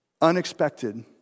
unexpected